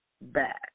back